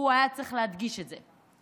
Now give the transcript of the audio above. הוא היה צריך להדגיש את זה.